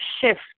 shift